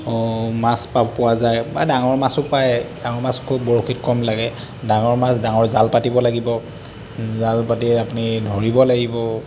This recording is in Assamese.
মাছ পা পোৱা যায় বা ডাঙৰ মাছো পায় ডাঙৰ মাছ খুব বৰশীত কম লাগে ডাঙৰ মাছ ডাঙৰ জাল পাতিব লাগিব জাল পাতি আপুনি ধৰিব লাগিব